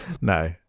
No